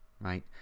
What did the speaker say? right